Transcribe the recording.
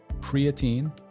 creatine